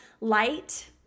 light